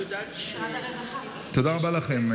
תודה רבה לכם.